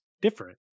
different